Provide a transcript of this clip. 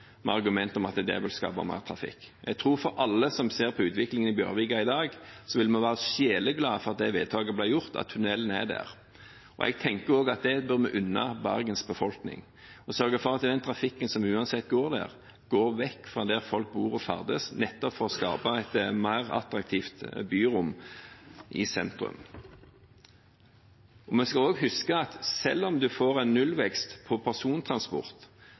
at det vil skape mer trafikk. Jeg tror alle som ser utviklingen i Bjørvika i dag, vil være sjeleglade for at det vedtaket ble gjort, at tunnelen er der. Jeg tenker også at vi bør unne Bergens befolkning at den trafikken som uansett går der, går vekk fra der folk bor og ferdes, at vi sørger for det nettopp for å skape et mer attraktivt byrom i sentrum. Vi skal også huske at selv om en får nullvekst i persontransporten, vil det sannsynligvis være en